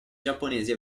giapponesi